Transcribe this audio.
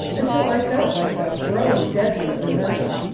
until i felt myself growing desperately hungry.